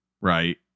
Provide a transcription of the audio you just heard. Right